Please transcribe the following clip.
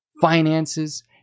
finances